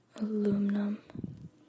Aluminum